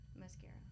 Mascara